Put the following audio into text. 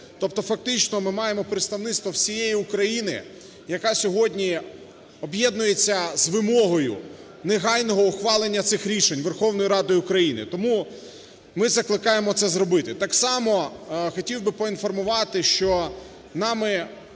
Тобто фактично ми маємо представництво всієї України, яка сьогодні об'єднується з вимогою негайного ухвалення цих рішень Верховною Радою України, тому ми закликаємо це зробити. Так само хотів би поінформувати, що нами